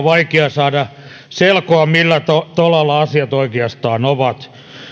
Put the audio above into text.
vaikea saada selkoa millä tolalla asiat oikeastaan ovat